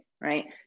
right